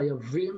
חייבים,